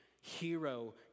hero